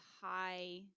high